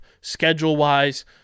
schedule-wise